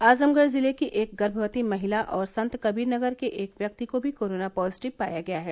आजमगढ़ जिले की एक गर्मवती महिला और संतकबीरनगर के एक व्यक्ति को भी कोरोना पॉजिटिव पाया गया है